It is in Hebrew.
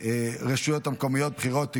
הרשויות המקומיות (בחירות)